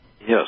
Yes